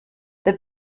the